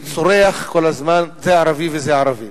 וצורח כל הזמן "זה ערבי" ו"זה ערבי".